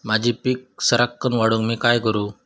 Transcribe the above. माझी पीक सराक्कन वाढूक मी काय करू?